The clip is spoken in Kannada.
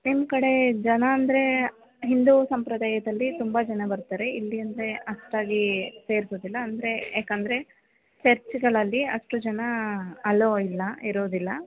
ನಿಮ್ಮ ಕಡೆ ಜನ ಅಂದರೆ ಹಿಂದೂ ಸಂಪ್ರದಾಯದಲ್ಲಿ ತುಂಬ ಜನ ಬರ್ತಾರೆ ಇಲ್ಲಿ ಅಂದರೆ ಅಷ್ಟಾಗಿ ಸೇರಿಸೋದಿಲ್ಲ ಅಂದರೆ ಏಕಂದ್ರೆ ಚರ್ಚ್ಗಳಲ್ಲಿ ಅಷ್ಟು ಜನ ಅಲೋ ಇಲ್ಲ ಇರೋದಿಲ್ಲ